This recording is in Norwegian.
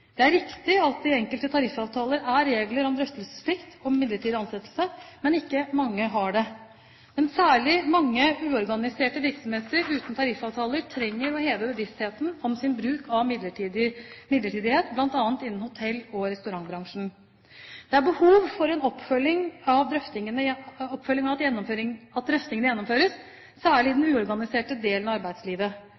Det er riktig at det i enkelte tariffavtaler er regler om drøftelsesplikt om midlertidig ansettelse, men ikke mange har det. Men særlig mange uorganiserte virksomheter uten tariffavtaler trenger å heve bevisstheten om sin bruk av midlertidige, bl.a. innen hotell- og restaurantbransjen. Det er behov for en oppfølging av at drøftingene gjennomføres, særlig i den uorganiserte delen av